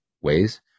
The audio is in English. ways